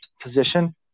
position